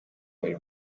buri